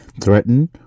threaten